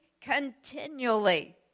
continually